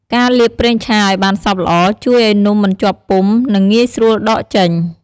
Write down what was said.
ការលាបប្រេងឆាឱ្យបានសព្វល្អ ជួយឱ្យនំមិនជាប់ពុម្ព និងងាយស្រួលដកចេញ។